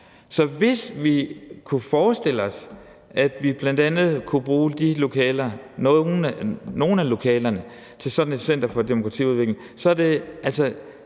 Så hvis vi kunne forestille os, at vi bl.a. kunne bruge nogle af de lokaler til sådan et center for demokratiudvikling, så er det altså